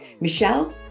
Michelle